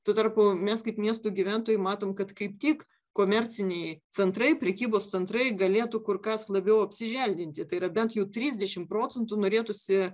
tuo tarpu mes kaip miestų gyventojai matom kad kaip tik komerciniai centrai prekybos centrai galėtų kur kas labiau apsiželdinti tai yra bent jau trisdešimt procentų norėtųsi